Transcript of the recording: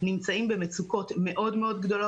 נמצאים במצוקות גדולות מאוד.